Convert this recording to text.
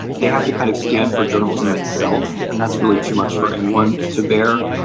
they have to kind of stand for journalism itself and that's really too much for anyone to bear.